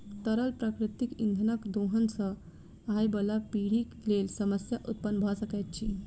तरल प्राकृतिक इंधनक दोहन सॅ आबयबाला पीढ़ीक लेल समस्या उत्पन्न भ सकैत अछि